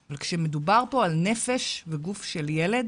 אבל כשמדובר פה על נפש ועל גוף של ילד,